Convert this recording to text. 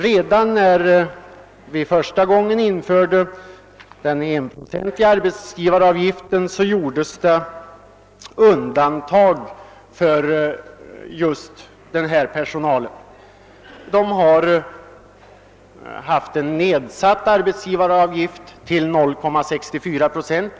Redan när vi första gången införde den enprocentiga arbetsgivaravgiften gjordes undantag för just denna personal, som fick arbetsgivaravgiften nedsatt till 0,64 procent.